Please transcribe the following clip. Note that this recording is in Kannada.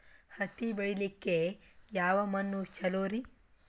ಹತ್ತಿ ಬೆಳಿಲಿಕ್ಕೆ ಯಾವ ಮಣ್ಣು ಚಲೋರಿ?